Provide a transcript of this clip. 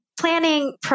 planning